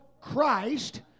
Christ